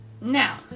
Now